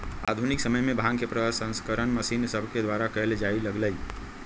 आधुनिक समय में भांग के प्रसंस्करण मशीन सभके द्वारा कएल जाय लगलइ